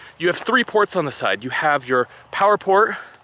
you have three ports on the side. you have your power port,